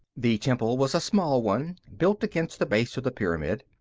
the temple was a small one built against the base of the pyramid.